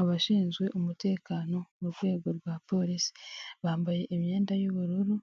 Abashinzwe umutekano mu rwego rwa polisi bambaye imyenda y'ubururu